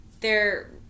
they're-